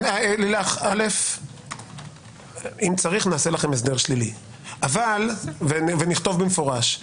לילך, אם צריך נעשה לכם הסדר שלילי ונכתוב במפורש.